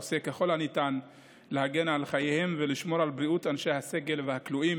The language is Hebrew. עושה ככל הניתן להגן על חייהם ולשמור על בריאות אנשי הסגל והכלואים